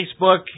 Facebook